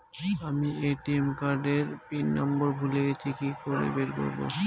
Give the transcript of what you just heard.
আমি ATM card এর pin number ভুলে গেছি কি করে বের করব?